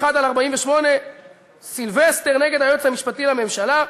1/48 סילבסטר נגד היועץ המשפטי לממשלה.